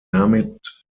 damit